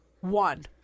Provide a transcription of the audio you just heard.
one